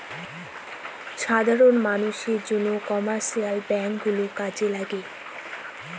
সাধারন মানষের জন্য কমার্শিয়াল ব্যাঙ্ক গুলো কাজে লাগে